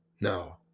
No